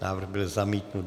Návrh byl zamítnut.